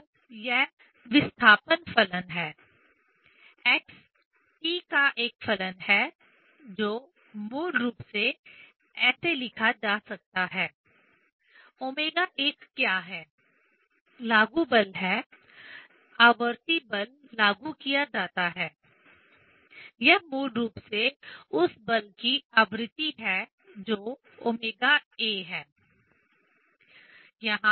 और यह विस्थापन फलन है x t का एक फलन है जो मूल रूप से ऐसे लिखा जा सकता है f f0 cos ωat - α√ω02 - ωa22 4β2ωa2 ωa क्या है लागू बल है आवर्ती बल लागू किया जाता है यह मूल रूप से उस बल की आवृत्ति है जो ωa है